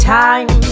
time